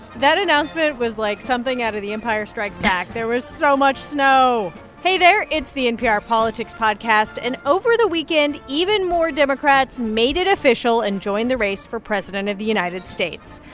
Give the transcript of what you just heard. that announcement was like something out of the empire strikes back. there was so much snow hey, there. it's the npr politics podcast. and over the weekend, even more democrats made it official and joined the race for president of the united states.